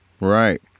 Right